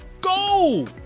Go